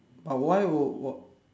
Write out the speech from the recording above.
why would why